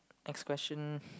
expression